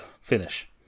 finish